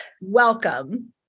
Welcome